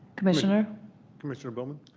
commissioner commissioner bowman?